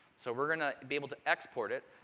so we're going to be able to export it.